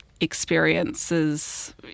experiences